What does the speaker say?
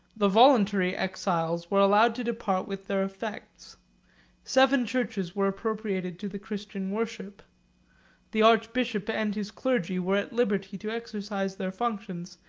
the voluntary exiles were allowed to depart with their effects seven churches were appropriated to the christian worship the archbishop and his clergy were at liberty to exercise their functions,